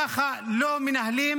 ככה לא מנהלים